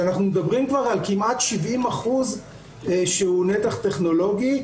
שאנחנו מדברים כבר על כמעט 70% שהוא נתח טכנולוגי.